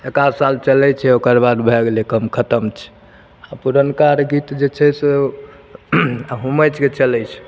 एक आध साल चलै छै ओकरबाद भए गेलै काम खत्म छै आ पुरनका आर गीत छै से ओ हुमैचके चलै छै